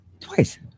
Twice